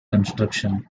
construction